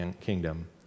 kingdom